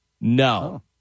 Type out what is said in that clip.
No